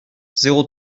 zéro